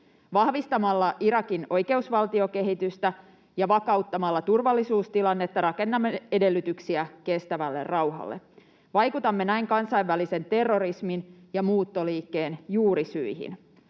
Vahvistamalla Irakin oikeusvaltiokehitystä ja vakauttamalla turvallisuustilannetta rakennamme edellytyksiä kestävälle rauhalle. Vaikutamme näin kansainvälisen terrorismin ja muuttoliikkeen juurisyihin.